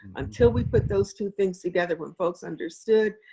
until we put those two things together, when folks understood,